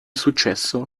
successo